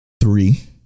three